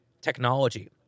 technology